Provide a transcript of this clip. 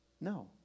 No